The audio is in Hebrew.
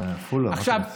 עפולה, מה אתה רוצה?